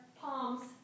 palms